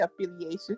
affiliation